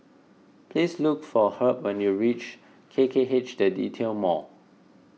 please look for Herb when you reach K K H the Retail Mall